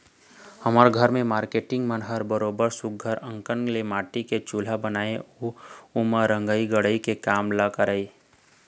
हमर घर के मारकेटिंग मन ह बरोबर सुग्घर अंकन ले माटी के चूल्हा बना के उही म रंधई गड़हई के काम ल करय